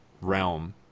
realm